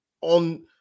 on